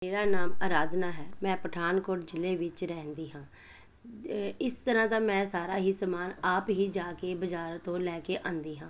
ਮੇਰਾ ਨਾਮ ਅਰਾਧਨਾ ਹੈ ਮੈਂ ਪਠਾਨਕੋਟ ਜ਼ਿਲ੍ਹੇ ਵਿੱਚ ਰਹਿੰਦੀ ਹਾਂ ਅ ਇਸ ਤਰ੍ਹਾਂ ਦਾ ਮੈਂ ਸਾਰਾ ਹੀ ਸਮਾਨ ਆਪ ਹੀ ਜਾ ਕੇ ਬਾਜ਼ਾਰ ਤੋਂ ਲੈ ਕੇ ਆਉਂਦੀ ਹਾਂ